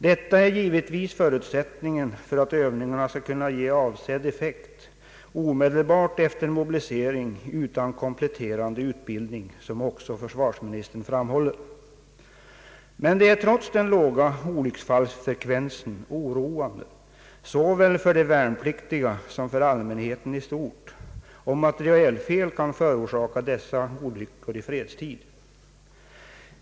Detta är givetvis förutsättningen för att övningarna skall kunna ge avsedd effekt så att krigsförbanden kan sättas in omedelbart efter mobilisering utan kompletterande utbildning, vilket också försvarsministern framhåller. Men det är trots den låga olycksfallsfrekvensen oroande, såväl för de värnpliktiga som för allmänheten, om materielfel kan förorsaka olyckor i fredstid.